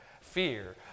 fear